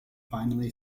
finally